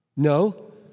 No